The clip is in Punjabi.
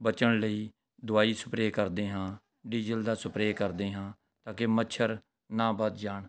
ਬਚਣ ਲਈ ਦਵਾਈ ਸਪਰੇਅ ਕਰਦੇ ਹਾਂ ਡੀਜ਼ਲ ਦਾ ਸਪਰੇਅ ਕਰਦੇ ਹਾਂ ਤਾਂ ਕਿ ਮੱਛਰ ਨਾ ਵੱਧ ਜਾਣ